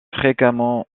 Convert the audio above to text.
fréquemment